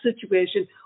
situation